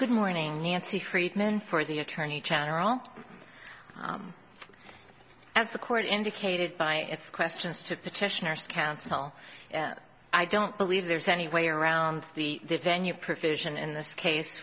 good morning nancy friedman for the attorney general as the court indicated by its questions to petitioners counsel i don't believe there's any way around the venue provision in this case